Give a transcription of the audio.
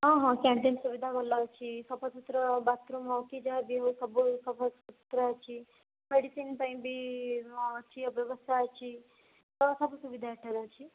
ହଁ ହଁ କ୍ୟାଣ୍ଟିନ୍ ସୁବିଧା ଭଲ ଅଛି ସଫାସୁତୁରା ବାଥରୁମ୍ ହଉ କି ଯାହା ବି ହଉ ସବୁ ସଫାସୁତୁରା ଅଛି ମେଡ଼ିସିନ୍ ପାଇଁ ବି ହଁ ଅଛି ବ୍ୟବସ୍ଥା ଅଛି ତ ସବୁ ସୁବିଧା ଏଠାରେ ଅଛି